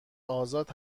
آزاد